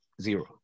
zero